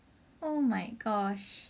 oh my gosh